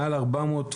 מעל 420,